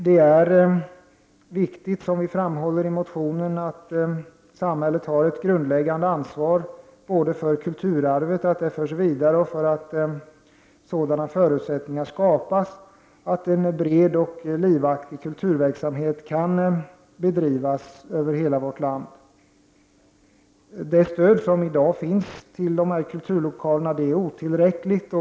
Det är viktigt, som vi framhåller i motionen, att samhället har ett grundläggande ansvar både för att kulturarvet förs vidare och för att sådana förutsättningar skapas att en bred och livaktig kulturverksamhet kan bedrivas över hela vårt land. Det stöd som i dag går till de lokalerna är otillräckligt.